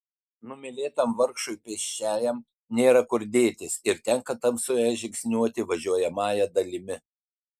numylėtam vargšui pėsčiajam nėra kur dėtis ir tenka tamsoje žingsniuoti važiuojamąja dalimi